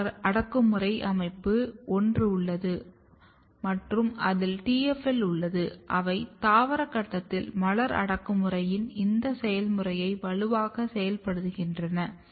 தொடர் அடக்குமுறை அமைப்பு ஒன்று உள்ளது மற்றும் அதில் TFL உள்ளது அவை தாவர கட்டத்தில் மலர் அடக்குமுறையின் இந்த செயல்முறையை வலுவாக செயல்படுத்துகின்றன